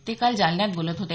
ते काल जालन्यात बोलत होते